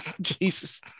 Jesus